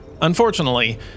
Unfortunately